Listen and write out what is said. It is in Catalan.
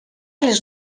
les